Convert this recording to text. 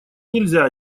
нельзя